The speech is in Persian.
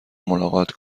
ملاقات